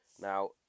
Now